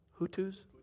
Hutus